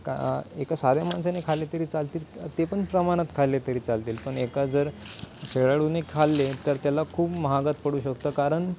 का एका साऱ्या माणसाने खाल्ले तरी चालतील ते पण प्रमाणात खाल्ले तरी चालतील पण एका जर खेळाडूने खाल्ले तर त्याला खूप महागात पडू शकतं कारण